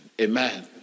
Amen